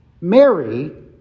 Mary